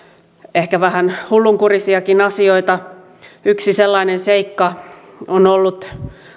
ehkä vähän hullunkurisiakin asioita yksi sellainen seikka on ollut